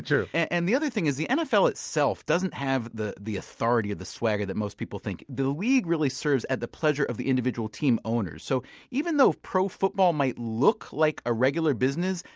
true and the other thing is the nfl itself doesn't have the the authority or the swagger that most people think. the league really serves at the pleasure of the individual team owners, so even though pro football might look like a regular business,